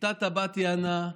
שיטת הבת יענה,